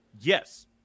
yes